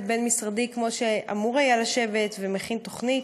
בין-משרדי כמו שאמור היה לשבת ומכין תוכנית.